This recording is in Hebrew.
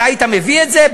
אתה היית מביא את זה?